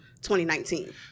2019